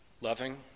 loving